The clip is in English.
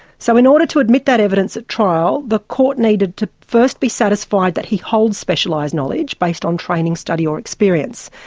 so in order to admit that evidence at trial the court needed to first be satisfied that he holds specialised knowledge based on training, study or experience.